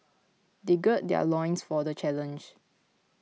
they gird their loins for the challenge